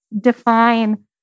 define